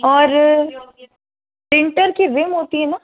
और प्रिंटर कि रिम होती है ना